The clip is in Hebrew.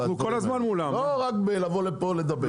לא רק לבוא לפה לדבר.